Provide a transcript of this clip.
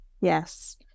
Yes